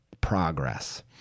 progress